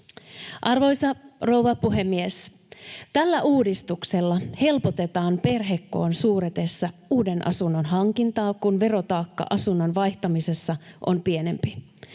Arvoisa rouva puhemies! Tällä uudistuksella helpotetaan perhekoon suuretessa uuden asunnon hankintaa, kun verotaakka asunnon vaihtamisessa on pienempi.